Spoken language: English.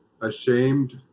ashamed